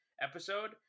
episode